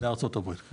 מארצות הברית.